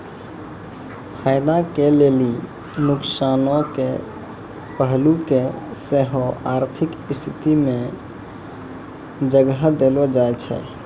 फायदा के लेली नुकसानो के पहलू के सेहो आर्थिक स्थिति मे जगह देलो जाय छै